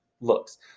looks